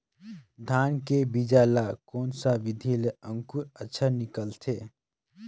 धान के बीजा ला कोन सा विधि ले अंकुर अच्छा निकलथे?